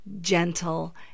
gentle